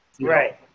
Right